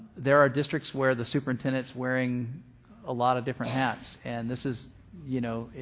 there are district's where the superintendent's wearing a lot of different hats and this is you know,